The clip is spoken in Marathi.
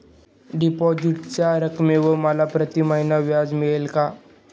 डिपॉझिटच्या रकमेवर मला प्रतिमहिना व्याज मिळेल का?